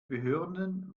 behörden